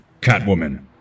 Catwoman